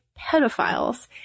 pedophiles